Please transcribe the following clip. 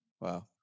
Wow